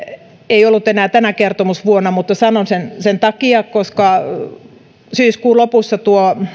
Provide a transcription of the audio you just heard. ei ollut enää tänä kertomusvuonna mutta sanon sen sen takia että syyskuun lopussa tuo